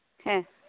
ᱦᱮᱸ